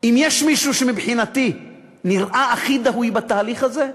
אם יש מישהו שמבחינתי נראה הכי דהוי בתהליך הזה,